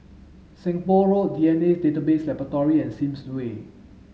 Seng Poh Road D N A Database Laboratory and Sims Way